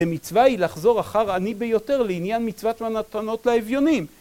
ומצווה היא לחזור אחר אני ביותר לעניין מצוות מנתנות לאביונים